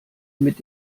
mit